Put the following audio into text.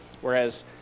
whereas